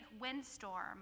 windstorm